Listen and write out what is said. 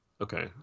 Okay